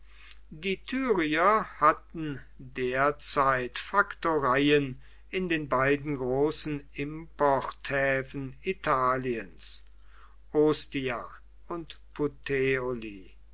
die tyrier hatten derzeit faktoreien in den beiden großen importhäfen italiens ostia und